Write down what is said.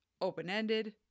open-ended